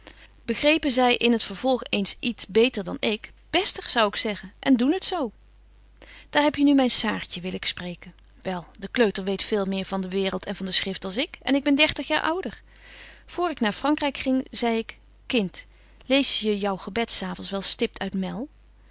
begrepen zy in t vervolg eens iet beter dan ik bestig zou ik zeggen en doen het zo betje wolff en aagje deken historie van mejuffrouw sara burgerhart daar heb je nu myn saartje wil ik spreken wel de kleuter weet veel meer van de waereld en van de schrift als ik en ik ben dertig jaar ouder voor ik naar vrankryk ging zei ik kind lees je jou gebed s avonds wel stipt uit mell